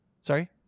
Sorry